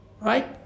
right